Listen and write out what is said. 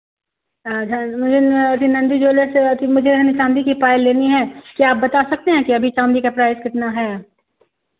sir मुझे न अथी नन्दू ज्वेलर्स से अथी मुझे है ना चांदी की पायल लेनी है क्या आप बता सकते हैं कि अभी चांदी का प्राइस कितना है